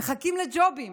מחכים לג'ובים